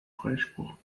freispruch